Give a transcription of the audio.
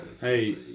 Hey